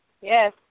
Yes